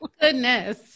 Goodness